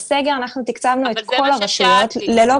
זה מה ששאלתי.